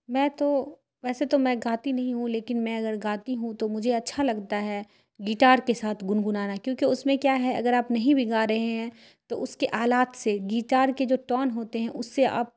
میں تو ویسے تو میں گاتی نہیں ہوں لیکن میں اگر گاتی ہوں تو مجھے اچھا لگتا ہے گٹار کے ساتھ گنگنانا کیونکہ اس میں کیا ہے اگر آپ نہیں بھی گا رہے ہیں تو اس کے آلات سے گٹار کے جو ٹون ہوتے ہیں اس سے آپ